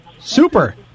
Super